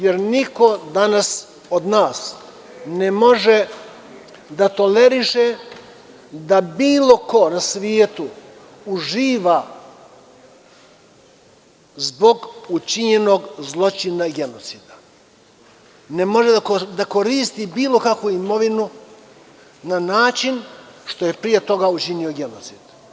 Jer, niko danas od nas ne može da toleriše da bilo ko na svetu uživa zbog učinjenog zločina i genocida, ne može da koristi bilo kakvu imovinu na način ako je pre toga učinio genocid.